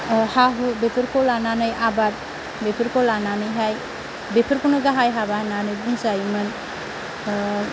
हा हु बेफोरखौ लानानै आबाद बेफोरखौ लानानैहाय बेफोरखौनो गाहाय हाबा होननानै बुंजायोमोन